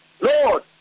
Lord